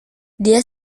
dia